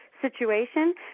situation